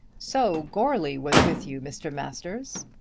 so goarly was with you, mr. masters,